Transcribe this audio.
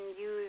use